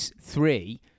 three